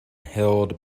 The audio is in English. held